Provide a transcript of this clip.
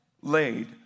laid